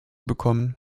bekommen